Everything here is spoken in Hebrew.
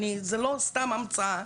זאת לא סתם המצאה.